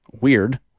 Weird